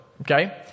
Okay